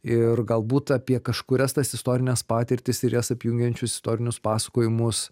ir galbūt apie kažkurias tas istorines patirtis ir jas apjungiančius istorinius pasakojimus